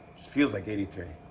feels like eighty three.